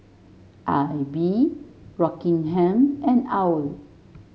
AIBI Rockingham and OWL